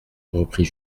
reprit